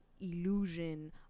illusion